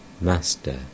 Master